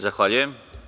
Zahvaljujem.